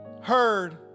heard